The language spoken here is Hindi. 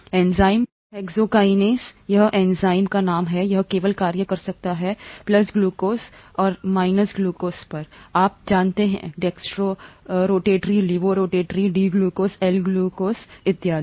एंजाइम हेक्सोकिनेस यह एंजाइम का नाम है यह केवल कार्य कर सकता है पर प्लस ग्लूकोज और नहीं माइनस ग्लूकोज पर आप जानते हैं D glucose L glucose dextro rotary rotary levo rotary dextro rotary levo rotary इत्यादि